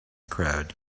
crowd